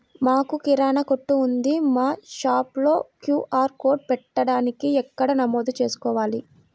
మాకు కిరాణా కొట్టు ఉంది మా షాప్లో క్యూ.ఆర్ కోడ్ పెట్టడానికి ఎక్కడ నమోదు చేసుకోవాలీ?